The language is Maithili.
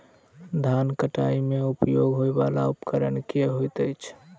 धान कटाई मे उपयोग होयवला उपकरण केँ होइत अछि?